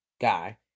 guy